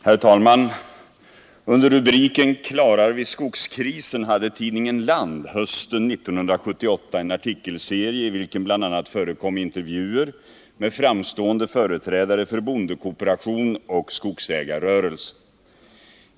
Herr talman! Under rubriken ”Klarar vi skogskrisen” hade tidningen Land hösten 1978 en artikelserie, i vilken bl.a. förekom intervjuer med framstående företrädare för bondekooperation och skogsägarrörelse.